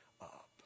up